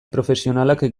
profesionalak